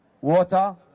water